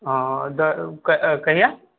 हँ कहिया